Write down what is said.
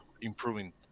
improving